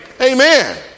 Amen